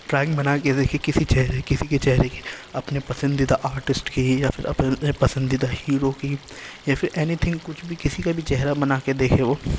drawing بنا کے دیکھے کسی چہرے کسی کے چہرے کی اپنے پسندیدہ آرٹسٹ کی یا پھر اپنے پسندیدہ ہیرو کی یا پھر اینی تھنگ کچھ بھی کسی کا بھی چہرہ بنا کے دیکھے وہ